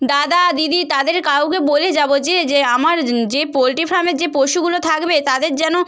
দাদা দিদি তাদের কাউকে বলে যাব যে যে আমার যে পোলট্রি ফার্মের যে পশুগুলো থাকবে তাদের যেন